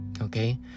okay